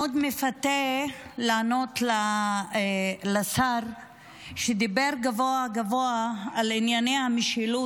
מפתה מאוד לענות לשר שדיבר גבוהה-גבוהה על ענייני המשילות,